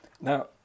Now